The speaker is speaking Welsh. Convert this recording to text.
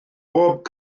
bob